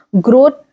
Growth